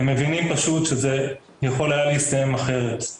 אתם מבינים פשוט, שזה יכול היה להסתיים אחרת.